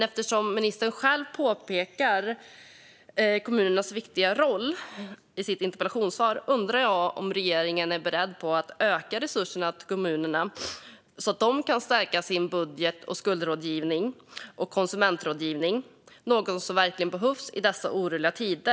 Eftersom ministern själv i sitt interpellationssvar pekar på kommunernas viktiga roll undrar jag om regeringen är beredd att öka resurserna till kommunerna så att de kan stärka sin budget och skuldrådgivning och sin konsumentrådgivning, något som verkligen behövs i dessa oroliga tider.